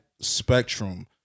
spectrum